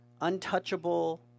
untouchable